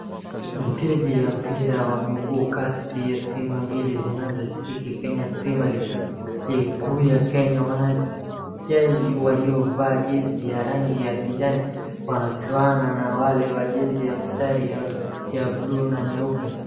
Mchezo wa mpira wa miguu kati ya timu mbili zinazoshiriki Kenya Premier League, ligi kuu ya Kenya. Wachezaji waliovaa jezi ya rangi kijani wanachuana na wale wa jezi ya mstari ya buluu na nyeupe.